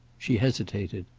she hesitated.